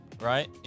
Right